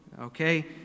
Okay